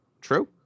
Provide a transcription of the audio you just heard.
True